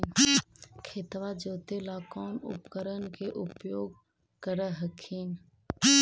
खेतबा जोते ला कौन उपकरण के उपयोग कर हखिन?